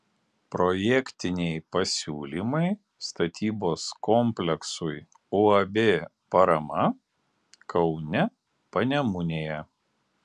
projektiniai pasiūlymai statybos kompleksui uab parama kaune panemunėje